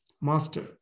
Master